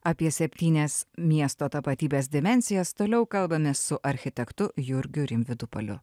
apie septynias miesto tapatybės dimensijas toliau kalbamės su architektu jurgiu rimvydu paliu